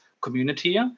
community